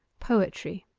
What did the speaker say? poetry.